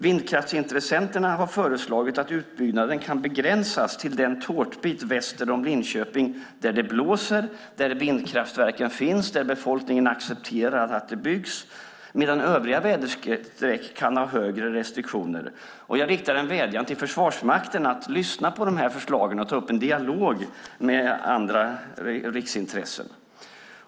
Vindkraftsintressenterna har föreslagit att utbyggnaden kan begränsas till den tårtbit väster om Linköping där det blåser, där vindkraftverken finns och där befolkningen accepterar att det byggs, medan övriga väderstreck kan ha högre restriktioner. Jag riktar en vädjan till Försvarsmakten att lyssna på dessa förslag och ta upp en dialog med andra riksintressen.